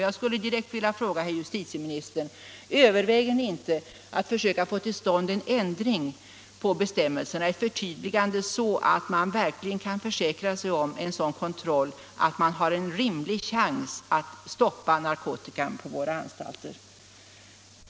Jag skulle direkt vilja fråga justitieministern: Överväger ni inte att försöka få till stånd en ändring av bestämmelserna, ett förtydligande så att man verkligen kan försäkra sig om en sådan kontroll och därmed få en rimlig chans att stoppa narkotika på anstalterna?